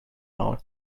maul